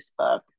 Facebook